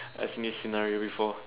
I've seen this scenario before